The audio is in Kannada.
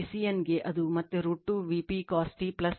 ಮತ್ತು c VCNಗೆ ಅದು ಮತ್ತೆ √ 2 Vp cos t 120o ಆಗಿರುತ್ತದೆ